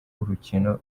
urukino